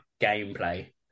gameplay